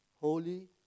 holy